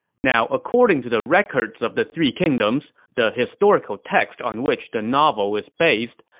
now, according to the records of the three kingdoms, the historical text on which the novel is based,